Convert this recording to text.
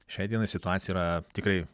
šiai dienai situacija yra tikrai